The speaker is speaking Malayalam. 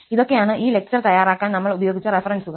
ഇതൊക്കെയാണ് ഈ ലെക്ചർ തയ്യാറാക്കാൻ നമ്മൾ ഉപയോഗിച്ച റഫറൻസുകൾ